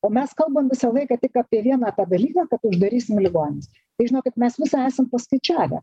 o mes kalbam visą laiką tik apie vieną tą dalyką kad uždarysim ligonines tai žinokit mes visa esam paskaičiavę